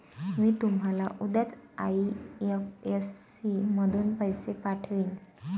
मी तुम्हाला उद्याच आई.एफ.एस.सी मधून पैसे पाठवीन